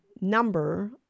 number